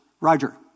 Roger